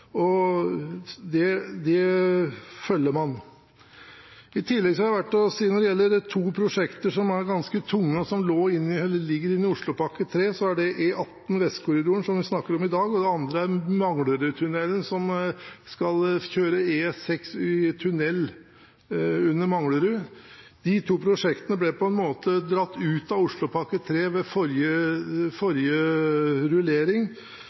partiene, og det følger man. I tillegg er det verdt å nevne to prosjekter som er ganske tunge, og som ligger inne i Oslopakke 3. Det er E18 Vestkorridoren, som vi snakker om i dag, og det andre er Manglerudtunnelen, som skal kjøre E6 i tunnel under Manglerud. De to prosjektene ble på en måte dratt ut av Oslopakke 3 ved forrige rullering.